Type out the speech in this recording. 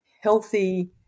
healthy